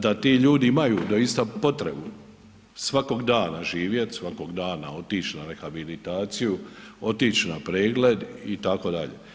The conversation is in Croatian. Da ti ljudi imaju doista potrebu svakog dana živjet, svakog dana otić na rehabilitaciju, otić na pregled itd.